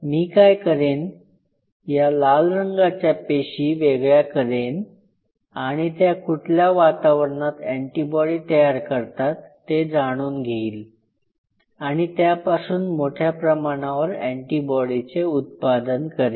मी काय करेन या लाल रंगाच्या पेशी वेगळ्या करेन आणि त्या कुठल्या वातावरणात अँटीबॉडी तयार करतात ते जाणून घेईल आणि त्यांपासून मोठ्या प्रमाणावर अँटीबॉडी चे उत्पादन करेन